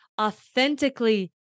authentically